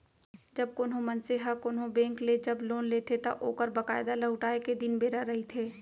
जब कोनो मनसे ह कोनो बेंक ले जब लोन लेथे त ओखर बकायदा लहुटाय के दिन बेरा रहिथे